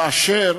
כאשר